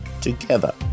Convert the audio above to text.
together